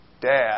dad